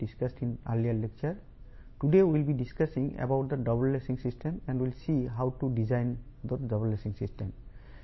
ఈ రోజు మనం డబుల్ లేసింగ్ సిస్టమ్ గురించి చర్చిస్తాము మరియు డబుల్ లేసింగ్ సిస్టమ్ను ఎలా డిజైన్ చేయాలో చూద్దాం